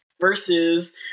versus